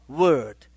word